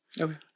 Okay